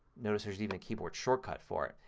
notice there's even a keyboard shortcut for it.